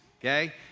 okay